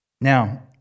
Now